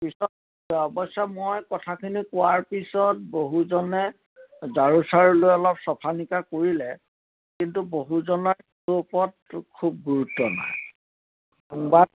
পিছত অৱেশ্য মই কথাখিনি কোৱাৰ পিছত বহুজনে ঝাৰু চাৰু লৈ অলপ চফা নিকা কৰিলে কিন্তু বহুজনে সেইটোৰ ওপৰত খুব গুৰুত্ব নাই